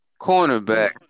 cornerback